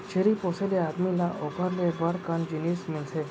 छेरी पोसे ले आदमी ल ओकर ले बड़ कन जिनिस मिलथे